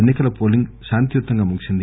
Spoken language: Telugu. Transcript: ఎన్సి కల పోలింగ్ శాంతియుతంగా ముగిసింది